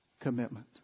commitment